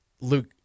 Luke –